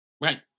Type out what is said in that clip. Right